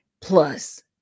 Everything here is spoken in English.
plus